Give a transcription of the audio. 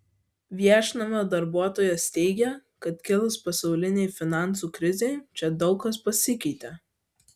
viešnamio darbuotojos teigia kad kilus pasaulinei finansų krizei čia daug kas pasikeitė